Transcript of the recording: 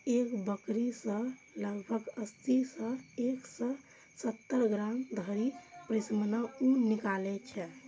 एक बकरी सं लगभग अस्सी सं एक सय सत्तर ग्राम धरि पश्मीना ऊन निकलै छै